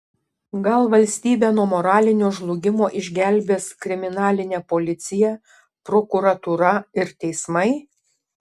gal valstybę nuo moralinio žlugimo išgelbės kriminalinė policija prokuratūra ir teismai